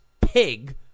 pig